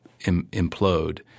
implode